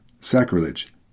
sacrilege